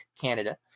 Canada